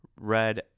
red